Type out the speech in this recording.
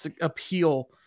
appeal